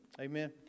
Amen